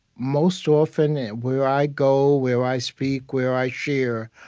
most often and where i go, where i speak, where i share,